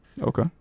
Okay